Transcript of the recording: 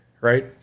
right